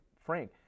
frank